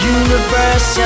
universe